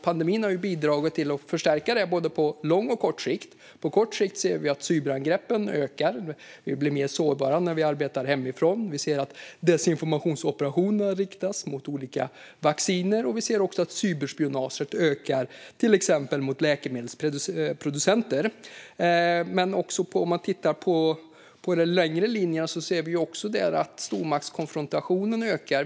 Pandemin har bidragit till att förstärka det både på lång och på kort sikt. På kort sikt ser vi att cyberangreppen ökar. Vi blir mer sårbara när vi arbetar hemifrån. Vi ser att desinformationsoperationer riktas mot olika vacciner, och vi ser att cyberspionaget ökar, till exempel mot läkemedelsproducenter. Men om man tittar på de längre linjerna ser man också att stormaktskonfrontationen ökar.